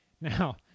Now